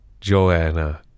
Joanna